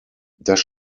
das